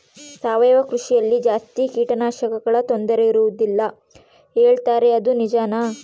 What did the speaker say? ಸಾವಯವ ಕೃಷಿಯಲ್ಲಿ ಜಾಸ್ತಿ ಕೇಟನಾಶಕಗಳ ತೊಂದರೆ ಇರುವದಿಲ್ಲ ಹೇಳುತ್ತಾರೆ ಅದು ನಿಜಾನಾ?